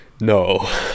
no